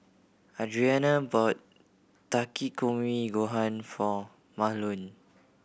Adriana bought Takikomi Gohan for Mahlon